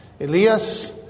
Elias